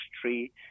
tree